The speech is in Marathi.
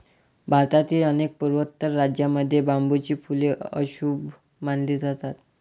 भारतातील अनेक पूर्वोत्तर राज्यांमध्ये बांबूची फुले अशुभ मानली जातात